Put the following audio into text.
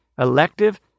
elective